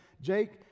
Jake